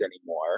anymore